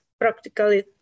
Practically